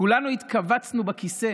כולנו התכווצנו בכיסא